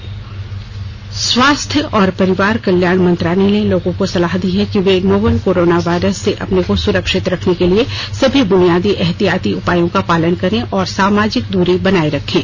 advisory स्वास्थ्य और परिवार कल्याण मंत्रालय ने लोगों को सलाह दी है कि वे नोवल कोरोना वायरस से अपने को सुरक्षित रखने के लिए सभी बुनियादी एहतियाती उपायों का पालन करें और सामाजिक दूरी बनाए रखें